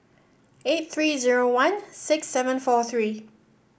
eight three zero one six seven four three